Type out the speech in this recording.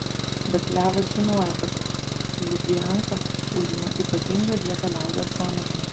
bet levas žinojo kad lubianka užima ypatingą vietą liaudies sąmonėje